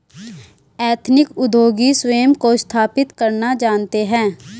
ethnic उद्योगी स्वयं को स्थापित करना जानते हैं